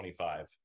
25